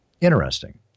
Interesting